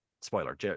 Spoiler